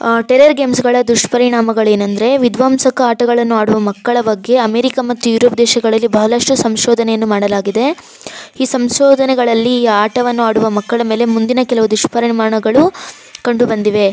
terror ಗೇಮ್ಸ್ಗಳ ದುಷ್ಪರಿಣಾಮಗಳೇನೆಂದ್ರೆ ವಿಧ್ವಂಸಕ ಆಟಗಳನ್ನು ಆಡುವ ಮಕ್ಕಳ ಬಗ್ಗೆ ಅಮೆರಿಕಾ ಮತ್ತು ಯುರೋಪ್ ದೇಶಗಳಲ್ಲಿ ಭಾಳಷ್ಟು ಸಂಶೋಧನೆಯನ್ನು ಮಾಡಲಾಗಿದೆ ಈ ಸಂಶೋಧನೆಗಳಲ್ಲಿ ಈ ಆಟವನ್ನು ಆಡುವ ಮಕ್ಕಳ ಮೇಲೆ ಮುಂದಿನ ಕೆಲವು ದುಷ್ಪರಿಣಾಗಳು ಕಂಡುಬಂದಿವೆ